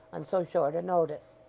on so short a notice.